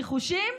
ניחושים?